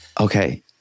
Okay